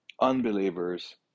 unbelievers